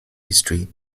history